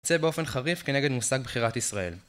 יוצא באופן חריף כנגד מושג בחירת ישראל.